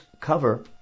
cover